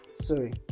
sorry